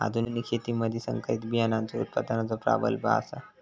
आधुनिक शेतीमधि संकरित बियाणांचो उत्पादनाचो प्राबल्य आसा